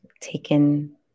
taken